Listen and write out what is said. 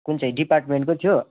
कुन चाहिँ डिपार्टमेन्टकै थियो